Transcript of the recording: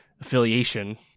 affiliation